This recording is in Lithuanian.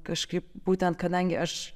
kažkaip būtent kadangi aš